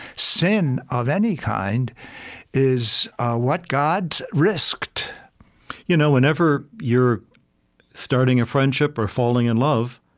sin of any kind is what god risked you know whenever you're starting a friendship or falling in love,